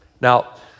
Now